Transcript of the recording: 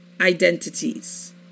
identities